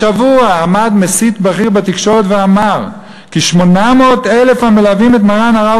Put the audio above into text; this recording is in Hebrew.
השבוע עמד מסית בכיר בתקשורת ואמר כי 800,000 המלווים את מרן הרב